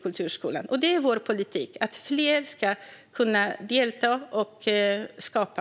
Det är vår politik - att fler ska kunna delta och skapa.